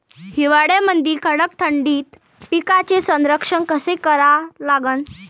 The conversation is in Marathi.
हिवाळ्यामंदी कडक थंडीत पिकाचे संरक्षण कसे करा लागन?